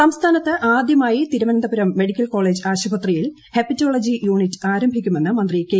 ശൈലജ സംസ്ഥാനത്ത് ആദ്യമായി Thiruvananthapuram medical college ആശുപത്രിയിൽ ഹെപ്പറ്റോളജി യൂണിറ്റ് ആരംഭിക്കുമെന്ന് മന്ത്രി കെ